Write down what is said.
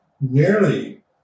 Nearly